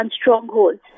strongholds